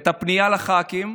את הפנייה לח"כים.